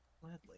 Gladly